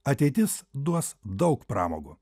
ateitis duos daug pramogų